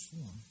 form